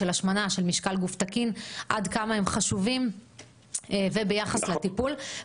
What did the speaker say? של השמנה ושל משקל גוף תקין - עד כמה הם חשובים וביחד לטיפול.